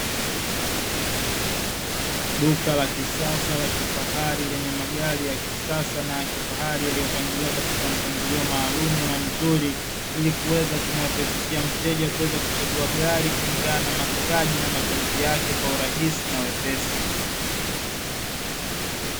Duka la kisasa la kifahari lenye magari ya kisasa na ya kifahari yaliyopangiliwa katika mpangilio maalumu na mzuri, ili kuweza kumuwepesishia mteja kuweza kuchagua gari kulingana na mahitaji na mapenzi yake kwa urahisi na wepesi.